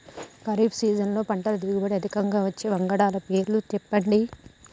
ఖరీఫ్ సీజన్లో పంటల దిగుబడి అధికంగా వచ్చే వంగడాల పేర్లు చెప్పండి?